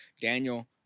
Daniel